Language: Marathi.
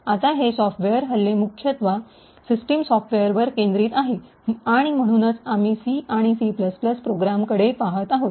आता हे सॉफ्टवेअर हल्ले मुख्यत सिस्टम सॉफ्टवेयरवर केंद्रित आहेत आणि म्हणूनच आम्ही C आणि C प्रोग्राम्सकडे पहात आहोत